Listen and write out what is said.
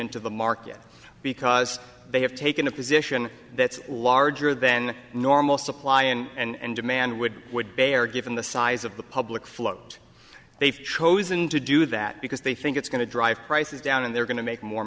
into the market because they have taken a position that's larger than normal supply and demand would would bear given the size of the public float they've chosen to do that because they think it's going to drive prices down and they're going to make more